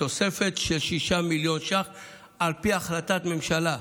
תוספת של 6 מיליון ש"ח על פי החלטת הממשלה.